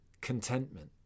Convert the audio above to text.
contentment